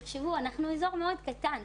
אנחנו אזור מאוד קטן.